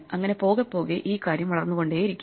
അങ്ങനെ പോകെപ്പോകെ ഈ കാര്യം വളർന്നു കൊണ്ടിരിക്കും